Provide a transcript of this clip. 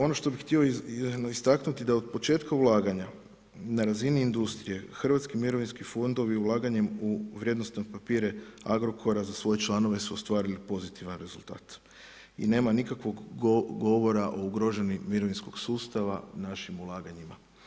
Ono što bih htio istaknuti da od početka ulaganja na razini industrije Hrvatski mirovinski fondovi ulaganjem u vrijednosne papire Agrokora za svoje članove su ostvarili pozitivan rezultat i nema nikakvog govora o ugroženim mirovinskog sustava našim ulaganjima.